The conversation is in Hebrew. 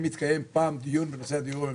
התקיים פעם דיון בנושא הדיור הממשלתי.